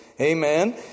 Amen